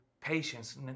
patience